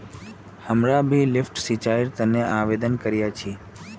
हमरा भी लिफ्ट सिंचाईर प्रणालीर तने आवेदन करिया छि